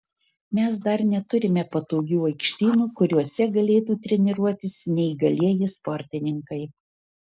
mes dar neturime patogių aikštynų kuriuose galėtų treniruotis neįgalieji sportininkai